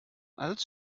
als